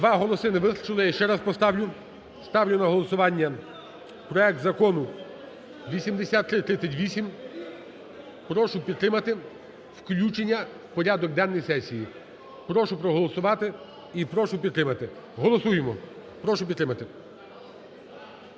Два голоси не вистачило, я ще раз поставлю. Ставлю на голосування проект Закону 8338, прошу підтримати включення в порядок денний сесії. Прошу проголосувати і прошу підтримати. Голосуємо, прошу підтримати.